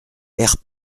airs